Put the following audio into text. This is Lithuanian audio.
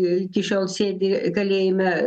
iki šiol sėdi kalėjime